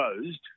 closed